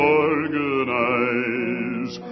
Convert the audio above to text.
organize